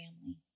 family